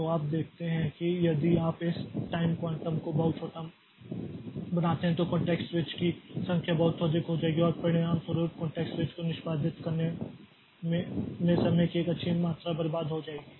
तो आप देखते हैं कि यदि आप इस टाइम क्वांटम को बहुत छोटा बनाते हैं तो कॉंटेक्स्ट स्विच की संख्या बहुत अधिक हो जाएगी और परिणामस्वरूप कॉंटेक्स्ट स्विच को निष्पादित करने में समय की एक अच्छी मात्रा बर्बाद हो जाएगी